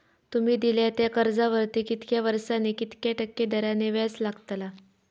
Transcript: तुमि दिल्यात त्या कर्जावरती कितक्या वर्सानी कितक्या टक्के दराने व्याज लागतला?